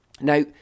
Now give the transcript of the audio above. Now